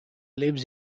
lives